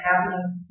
happening